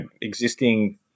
existing